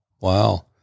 Wow